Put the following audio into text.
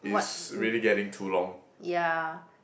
what ya